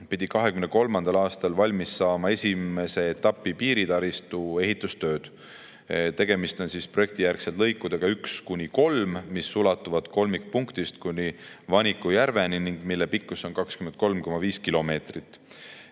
pidid 2023. aastal valmis saama esimese etapi piiritaristu ehitustööd. Tegemist on projektijärgsete lõikudega 1–3, mis ulatuvad kolmikpunktist kuni Vaniku järveni ning mille pikkus on 23,5 kilomeetrit.